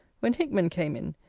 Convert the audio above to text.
when hickman came in,